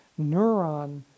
neuron